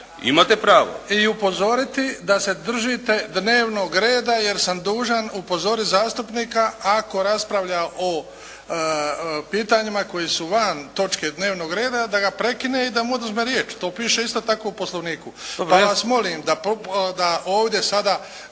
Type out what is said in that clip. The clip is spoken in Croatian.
I upozoriti da se držite dnevnog reda, jer sam dužan upozoriti zastupnika ako raspravlja o pitanjima koja su van točke dnevnog reda da ga prekinem i da mu oduzmem riječ, to piše isto tako u Poslovniku. Pa vas molim da ovdje sada